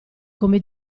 come